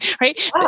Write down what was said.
Right